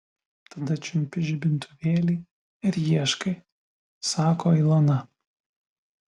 tada čiumpi žibintuvėlį ir ieškai sako ilona